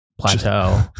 plateau